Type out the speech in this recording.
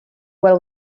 well